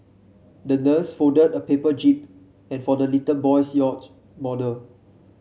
the nurse folded a paper jib and for the little boy's yacht model